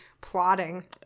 plotting